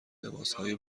لباسهای